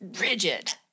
rigid